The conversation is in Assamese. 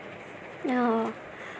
অঁ